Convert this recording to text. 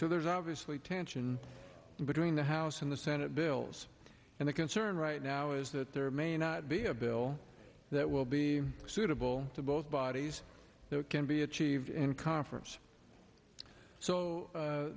so there's obviously tension between the house and the senate bills and the concern right now is that there may not be a bill that will be suitable to both bodies that can be achieved in conference so